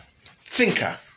Thinker